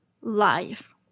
life